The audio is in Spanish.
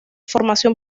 formación